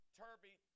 turby